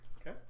Okay